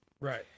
Right